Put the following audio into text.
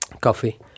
coffee